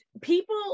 people